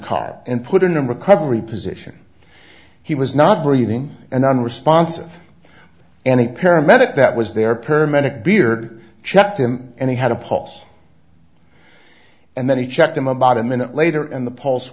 car and put in a recovery position he was not breathing and unresponsive any paramedic that was there paramedic beard checked him and he had a pulse and then he checked them about a minute later and the p